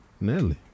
Nelly